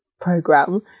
program